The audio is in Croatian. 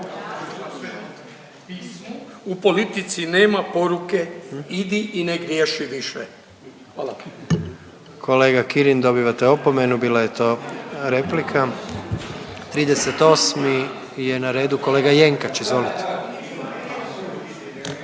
u politici nema poruke idi i ne griješi više. Hvala.